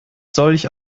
solch